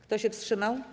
Kto się wstrzymał?